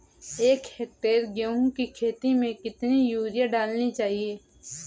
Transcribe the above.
एक हेक्टेयर गेहूँ की खेत में कितनी यूरिया डालनी चाहिए?